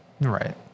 Right